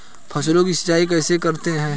फसलों की सिंचाई कैसे करते हैं?